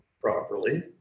properly